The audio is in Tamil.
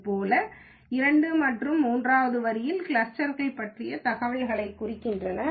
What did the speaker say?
இதேபோல் 2 மற்றும் 3 வது வரிகள் கிளஸ்டர் பற்றிய தகவலைக் குறிக்கின்றன